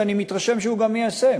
ואני מתרשם שהוא גם מיישם.